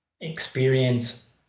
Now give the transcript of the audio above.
experience